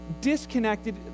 disconnected